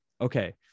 okay